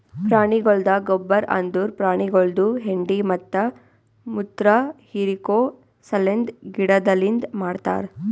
ಪ್ರಾಣಿಗೊಳ್ದ ಗೊಬ್ಬರ್ ಅಂದುರ್ ಪ್ರಾಣಿಗೊಳ್ದು ಹೆಂಡಿ ಮತ್ತ ಮುತ್ರ ಹಿರಿಕೋ ಸಲೆಂದ್ ಗಿಡದಲಿಂತ್ ಮಾಡ್ತಾರ್